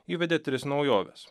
įvedė tris naujoves